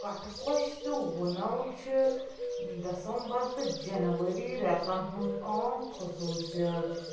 كٹھكوٚش تہٕ وُنَل چھِ ڈٮ۪سمبر تہٕ جنؤری رٮ۪تن ہُنٛد عام خصوٗصیت